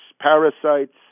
parasites